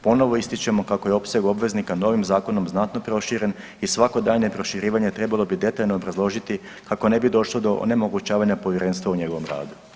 Ponovo ističemo kako je opseg obveznika novim zakonom znatno proširen i svako daljnje proširivanje trebalo bi detaljno obrazložiti kako ne bi došlo do onemogućavanja povjerenstva u njegovom radu.